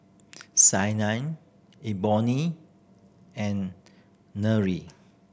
and Nery